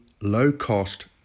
low-cost